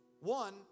one